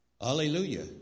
Hallelujah